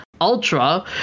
Ultra